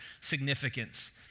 significance